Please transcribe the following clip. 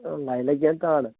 लाई लाह्गे ओ नी धान